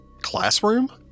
classroom